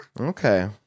Okay